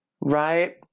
right